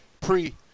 pre